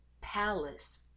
palace